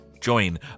join